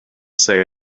say